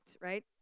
right